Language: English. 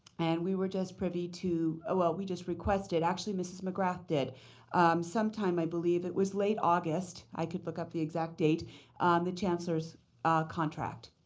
and we were just privy to ah well, we just requested actually ms. mcgrath did sometime, i believe, it was late august, i could look up the exact date the chancellor's contract.